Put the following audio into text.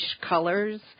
colors